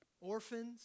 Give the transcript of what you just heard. orphans